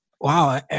wow